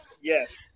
yes